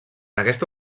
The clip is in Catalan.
aquesta